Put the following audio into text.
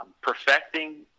perfecting